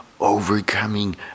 overcoming